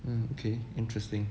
um okay interesting